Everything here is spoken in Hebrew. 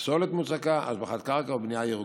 פסולת מוצקה, השבחת קרקע ובנייה ירוקה.